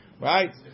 Right